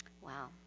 Wow